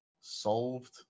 solved